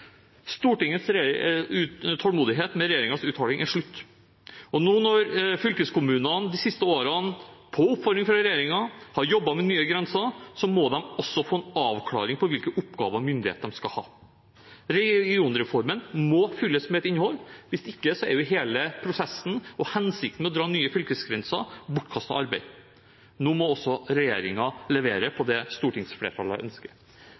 Stortingets tålmodighet med regjeringens uthaling er slutt. Nå når fylkeskommunene de siste årene – på oppfordring fra regjeringen – har jobbet med nye grenser, må de også få en avklaring på hvilke oppgaver og myndighet de skal ha. Regionreformen må fylles med et innhold, hvis ikke er jo hele prosessen og hensikten med å dra nye fylkesgrenser bortkastet arbeid. Nå må også regjeringen levere på det stortingsflertallet ønsker.